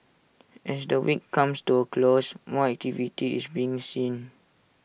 as the week comes to A close more activity is being seen